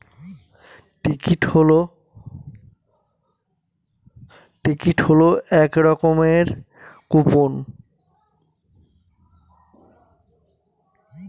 coupon মানে হল এক রকমের টিকিট